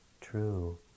true